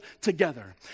together